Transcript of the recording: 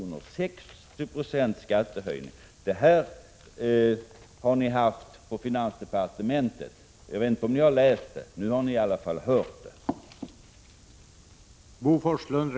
Det innebär en skattehöjning på 60 Yo. Detta brev har ni fått till finansdepartementet. Jag vet inte om ni har läst det, men nu har ni i alla fall fått höra det.